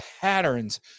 patterns